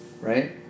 Right